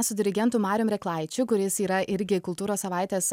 su dirigentu marium reklaičiu kuris yra irgi kultūros savaitės